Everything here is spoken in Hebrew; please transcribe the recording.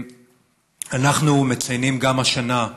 אנחנו מציינים גם השנה,